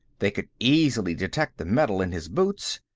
they could easily detect the metal in his boots!